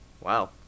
Wow